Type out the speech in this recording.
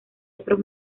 otros